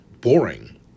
boring